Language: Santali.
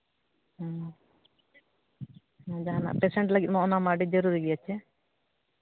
ᱦᱮᱸ ᱡᱟᱦᱟᱱᱟᱜ ᱯᱮᱥᱮᱱᱴ ᱞᱟᱹᱜᱤᱫ ᱚᱱᱟ ᱢᱟ ᱟᱹᱰᱤ ᱡᱚᱨᱩᱨᱤ ᱜᱮᱭᱟ ᱪᱮ